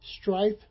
Strife